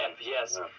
yes